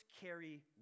carry